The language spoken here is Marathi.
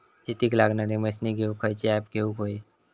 शेतीक लागणारे मशीनी घेवक खयचो ऍप घेवक होयो?